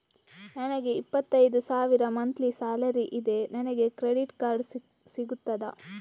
ನನಗೆ ಇಪ್ಪತ್ತೈದು ಸಾವಿರ ಮಂತ್ಲಿ ಸಾಲರಿ ಇದೆ, ನನಗೆ ಕ್ರೆಡಿಟ್ ಕಾರ್ಡ್ ಸಿಗುತ್ತದಾ?